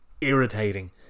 Irritating